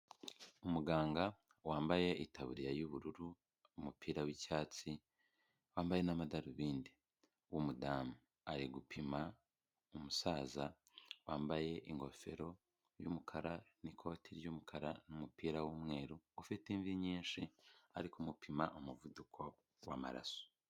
Umuganga wambaye itaburiya y'ubururu, umupira w'icyatsi, wambaye n'amadarubindi w'umudamu ari gupima umusaza wambaye ingofero y'umukara n'ikoti ry'umukara n' numupira w'umweru ufite imvi nyinshi ari kumupima umuvuduko w'amaraso.